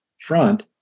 front